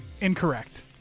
Incorrect